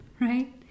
right